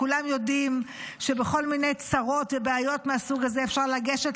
כולם יודעים שבכל מיני צרות ובעיות מהסוג הזה אפשר לגשת